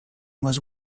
was